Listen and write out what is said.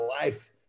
life